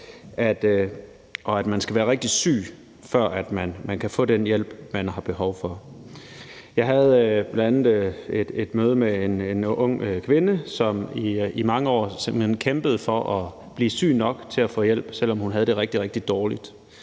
og at man skal være rigtig syg, før man kan få den hjælp, man har behov for. Jeg havde bl.a. et møde med en ung kvinde, som i mange år simpelt hen kæmpede for at blive syg nok til at få hjælp, selv om hun havde det rigtig, rigtig dårligt.